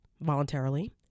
voluntarily